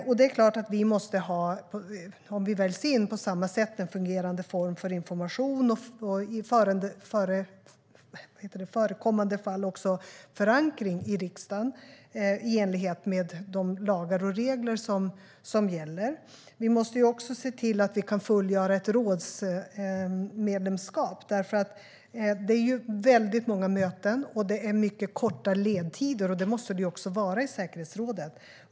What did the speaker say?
Om vi väljs in måste vi såklart ha en fungerande form för information och i förekommande fall också förankring i riksdagen, i enlighet med gällande lagar och regler. Vi måste också se till att vi kan fullgöra ett rådsmedlemskap. Det är nämligen väldigt många möten och mycket korta ledtider, vilket det måste vara i säkerhetsrådet.